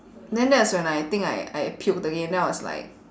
then that was when I think I I puked again then I was like